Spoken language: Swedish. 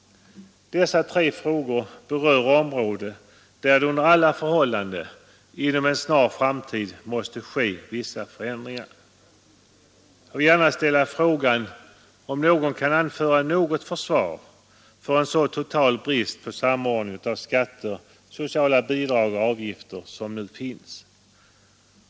Dessa tre frågor berör områden där det under alla förhållanden inom en snar framtid måste ske vissa förändringar. Kan någon anföra något försvar för en så total brist på samordning av skatter, sociala bidrag och avgifter som nu finns?